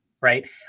right